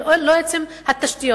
אבל לא עצם התשתיות,